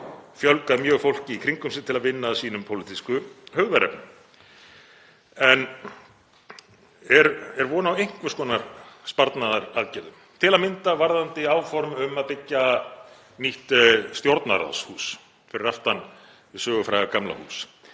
fjölgað mjög fólki í kringum sig til að vinna að pólitískum hugðarefnum sínum. En er von á einhvers konar sparnaðaraðgerðum, til að mynda varðandi áform um að byggja nýtt Stjórnarráðshús fyrir aftan hið sögufræga gamla hús?